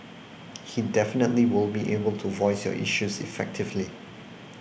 he definitely will be able to voice your issues effectively